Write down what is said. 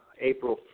April